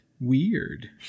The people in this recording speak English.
Weird